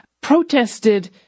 protested